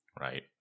right